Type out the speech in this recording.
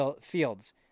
fields